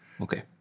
Okay